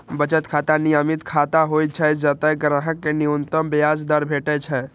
बचत खाता नियमित खाता होइ छै, जतय ग्राहक कें न्यूनतम ब्याज दर भेटै छै